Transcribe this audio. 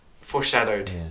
foreshadowed